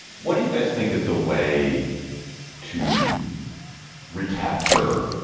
what do you guys think is the way to recapture,